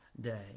day